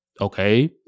okay